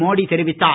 மோடி தெரிவித்தார்